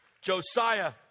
Josiah